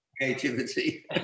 creativity